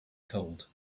cold